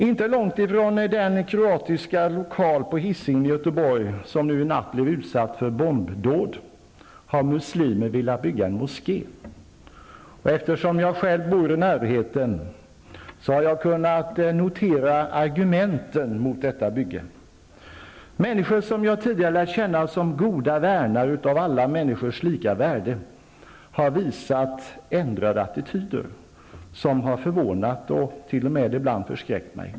Inte långt från den plats där en kroatisk lokal på Hisingen i Göteborg nu i natt blev utsatt för bombdåd har muslimer velat bygga en moské. Eftersom jag själv bor i närheten, har jag kunnat notera argumenten mot detta bygge. Människor som jag tidigare har lärt känna såsom goda värnare av alla människors lika värde har nu ändrat attityd, vilket har förvånat och ibland t.o.m. förskräckt mig.